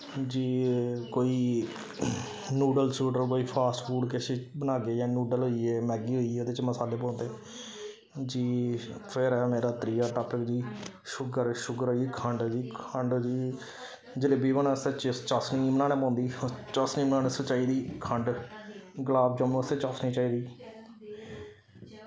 जी कोई नूडल शूडल कोई फास्ट फूड किश बनागे जि'यां नूडल होई गे मैगी होई गेई ओह्दे च मसाले पौंदे जी फिर ऐ मेरा त्रीया टापिक जी शूगर शूगर होई गेई खंड जी खंड जी जलेबी बनाने बास्तै चासनी बनानै पौंदी चासनी बनाने आस्तै चाहिदी खंड गलाब जामनु आस्तै चासनी चाहिदी